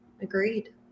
Agreed